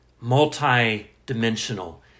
multi-dimensional